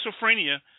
schizophrenia